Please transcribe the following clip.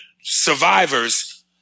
survivors